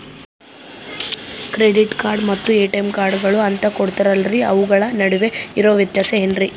Credit card ಮತ್ತ ATM ಕಾರ್ಡುಗಳು ಅಂತಾ ಕೊಡುತ್ತಾರಲ್ರಿ ಅವುಗಳ ನಡುವೆ ಇರೋ ವ್ಯತ್ಯಾಸ ಏನ್ರಿ?